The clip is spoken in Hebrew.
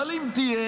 אבל אם תהיה,